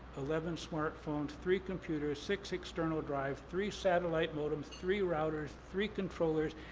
eleven smartphones, three computers, six external drive, three satellite modem, three routers, three controllers,